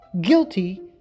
guilty